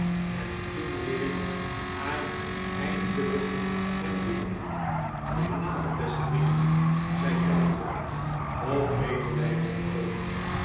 en toen weer haar en eindelijk hem weer goeden avond beste vriend i zei tackleton op medelijdenden toon